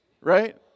Right